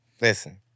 Listen